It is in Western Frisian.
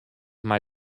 mei